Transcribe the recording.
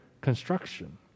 construction